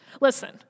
Listen